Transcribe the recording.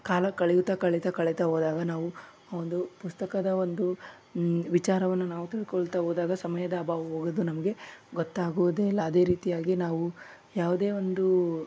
ಕಾಲ ಕಳೆಯುತ್ತಾ ಕಳೀತಾ ಕಳೀತಾ ಹೋದಾಗ ನಾವು ಒಂದು ಪುಸ್ತಕದ ಒಂದು ವಿಚಾರವನ್ನು ನಾವು ತಿಳ್ಕೊಳ್ತ ಹೋದಾಗ ಸಮಯದ ಅಭಾವ ಹೋಗೋದು ನಮಗೆ ಗೊತ್ತಾಗುವುದೇ ಇಲ್ಲ ಅದೇ ರೀತಿಯಾಗಿ ನಾವು ಯಾವುದೇ ಒಂದು